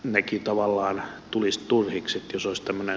nekin tavallaan tulisivat turhiksi